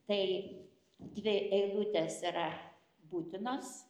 tai dvi eilutės yra būtinos